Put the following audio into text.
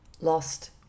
Lost